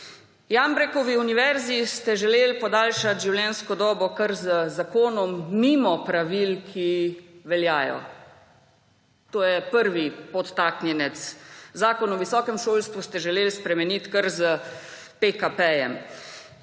Jambrekovi univerzi ste želeli podaljšati življenjsko dobo kar z zakonom mimo pravil, ki veljajo. To je prvi podtaknjenec. Zakon o visokem šolstvu ste želeli spremeniti kar s pekapejem.